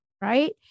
right